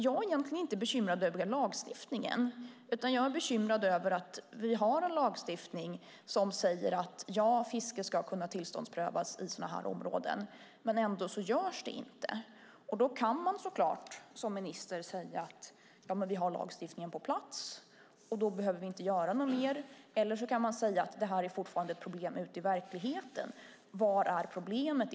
Jag är egentligen inte bekymrad över lagstiftningen, utan jag är bekymrad över att vi har en lagstiftning som säger att fiske ska kunna tillståndsprövas i skyddade områden men att det ändå inte görs. Då kan man så klart som minister säga: Men vi har lagstiftningen på plats, och då behöver vi inte göra något mer. Eller så kan man säga: Det här är fortfarande ett problem ute i verkligheten. Vad är problemet?